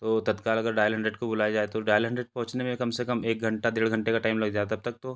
तो तत्काल अगर डायल हंड्रेड को बुलाया जाए तो डायल हंड्रेड पहुँचने में कम से कम एक घंटा डेढ़ घंटे का टाइम लग जाए तब तक तो